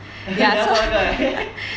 等一下他做那个